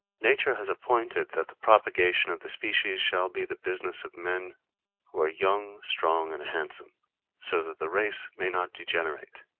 nature has appointed that the propagation of the species shall be the business of men who are young, strong and handsome so that the race may not degenerate.